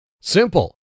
Simple